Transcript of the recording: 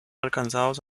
alcanzados